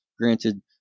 Granted